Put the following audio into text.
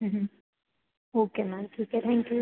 हूँ okay ma'am ठीक है थैंक यू